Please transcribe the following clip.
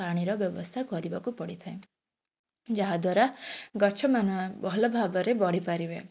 ପାଣିର ବ୍ୟବସ୍ଥା କରିବାକୁ ପଡ଼ିଥାଏ ଯାହାଦ୍ଵାରା ଗଛମାନେ ଭଲ ଭାବରେ ବଢ଼ିପାରିବେ